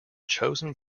chosen